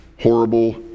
horrible